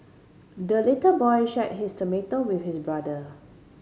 the little boy shared his tomato with his brother